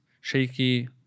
shaky